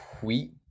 tweet